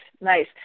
nice